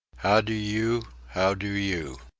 how do you? how do you?